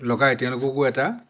লগাই তেওঁলোককো এটা